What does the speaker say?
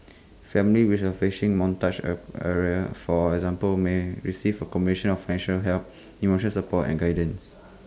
families which are facing montage area for example may receive A combination of financial help emotional support and guidance